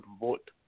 vote